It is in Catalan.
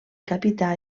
capità